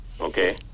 Okay